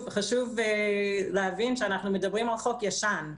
חשוב להבין שאנחנו מדברים על חוק ישן,